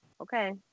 okay